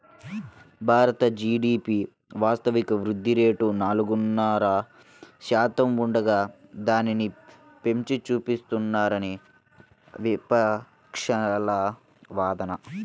Bharat GDP వాస్తవిక వృద్ధి rate నాలుగున్నర శాతం ఉండగా దానిని పెంచి చూపిస్తున్నారని విపక్షాల వాదన